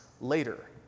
later